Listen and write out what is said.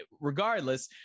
regardless